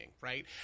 right